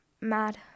mad